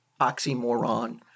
Oxymoron